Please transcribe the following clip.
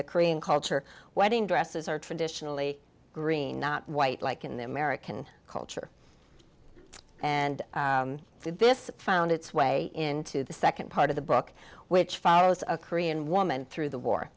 the korean culture wedding dresses are traditionally green not white like in the american culture and this found its way into the second part of the book which follows a korean woman through the war